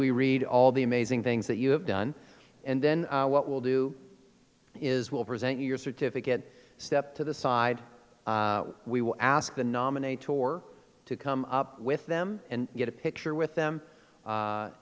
we read all the amazing things that you have done and then what we'll do is we'll present your certificate step to the side we were asked to nominate or to come up with them and get a picture with them